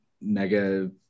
mega